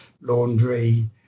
laundry